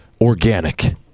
organic